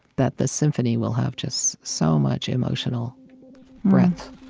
that the symphony will have just so much emotional breadth